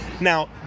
Now